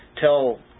Tell